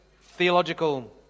theological